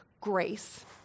grace